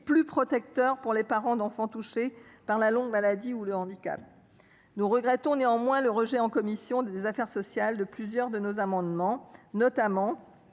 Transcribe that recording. plus protecteur pour les parents d’enfants touchés par la longue maladie ou le handicap. Nous regrettons le rejet en commission des affaires sociales de plusieurs de nos amendements. Il